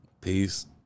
Peace